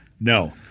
No